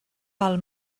pel